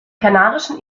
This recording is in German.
kanarischen